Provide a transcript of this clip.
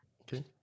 Okay